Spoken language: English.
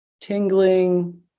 tingling